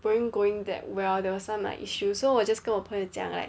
going going that well there was some like issues so 我 just 跟我朋友讲 like